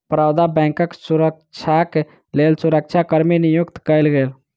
बड़ौदा बैंकक सुरक्षाक लेल सुरक्षा कर्मी नियुक्त कएल गेल